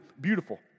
beautiful